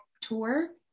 tour